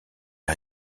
est